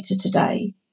today